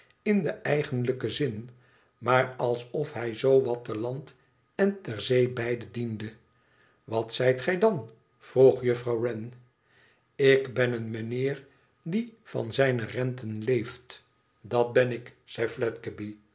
in den eigenlijken zin maar alsof hij zoo wat te land en ter zee beide diende wat zijt gij dan vroeg juffrouw wren ik ben een meneer die van zijne renten leeft dat ben ik zei